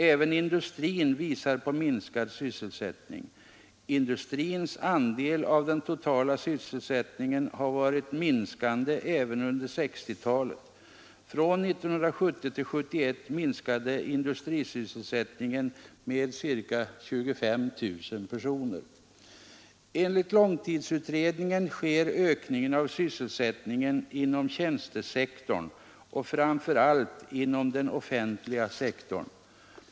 Även industrin visar på minskad sysselsättning. Industrins andel av den totala sysselsättningen har varit minskande även under 1960-talet. Från 1970 till 1971 minskade industrisysselsättningen med ca 25 000 personer. Enligt långtidsutredningen sker ökningar av sysselsättningen inom tjänstesektorn och framför allt inom den offentliga sektorn.